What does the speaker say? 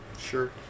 Sure